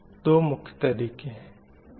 तो मुख्य तरीक़े हैं